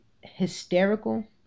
hysterical